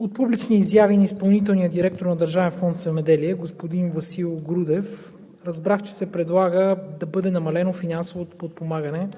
от публични изяви на изпълнителния директор на Държавен фонд „Земеделие“ – господин Васил Грудев разбрах, че се предлага да бъде намалено финансовото подпомагане